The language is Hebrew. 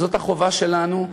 וזאת החובה שלנו,